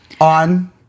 on